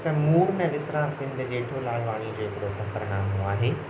त मूं न विसरा सिंध जेठो लालवानी जो हिकिड़ो सफ़रनामो आहे